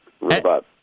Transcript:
robot